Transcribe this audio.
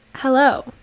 hello